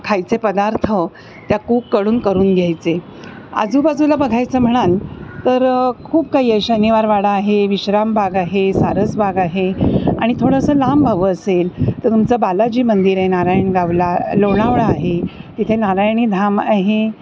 खायचे पदार्थ त्या कूककडून करून घ्यायचे आजूबाजूला बघायचं म्हणाल तर खूप काही आहे शनिवारवाडा आहे विश्राम बाग आहे सारसबाग आहे आणि थोडंसं लांब हवं असेल तर तुमचं बालाजी मंदिर आहे नारायणगावाला लोणावळा आहे तिथे नारायणी धाम आहे